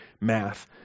math